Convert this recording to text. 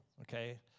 okay